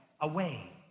away